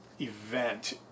event